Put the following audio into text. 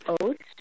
oats